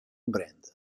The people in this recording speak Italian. brand